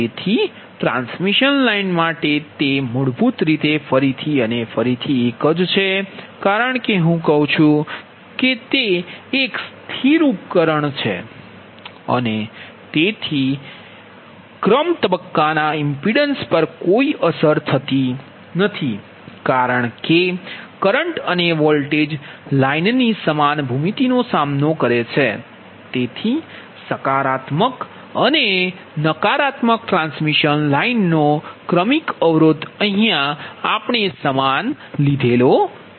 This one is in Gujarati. તેથી ટ્રાન્સમિશન લાઇન માટે કે તે મૂળભૂત રીતે ફરીથી અને ફરીથી છે કારણ કે હું કહું છું કે તે એક સ્થિર ઉપકરણ છે અને તેથી તબક્કા ક્રમના ઇમ્પિડન્સ પર કોઈ અસર નથી કારણ કે કરંટ અને વોલ્ટેજ લાઇનની સમાન ભૂમિતિનો સામનો કરે છે તેથી સકારાત્મક અને નકારાત્મક ટ્રાન્સમિશન લાઇનનો ક્રમિક અવરોધ સમાન છે